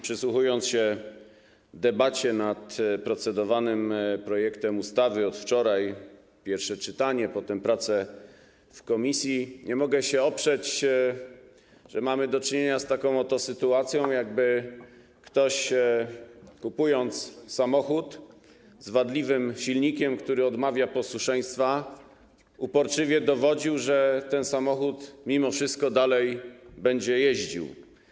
Przysłuchując się od wczoraj debacie nad procedowanym projektem ustawy - pierwsze czytanie, potem prace w komisji - nie mogę się oprzeć wrażeniu, że mamy do czynienia z taką oto sytuacją, jakby ktoś kupując samochód z wadliwym silnikiem, który odmawia posłuszeństwa, uporczywie dowodził, że ten samochód mimo wszystko dalej będzie jeździł.